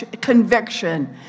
conviction